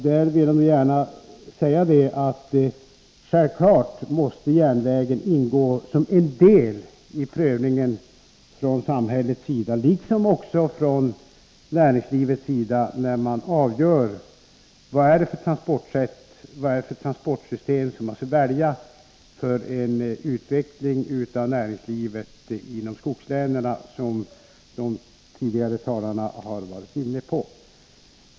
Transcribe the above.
Därför vill jag gärna säga att järnvägen självklart måste ingå som en del i prövningen från samhällets sida, liksom också från näringslivets sida, när man avgör vilket transportsystem man skall välja för en utveckling av näringslivet inom skogslänen, något som de föregående talarna varit inne på.